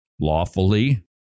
lawfully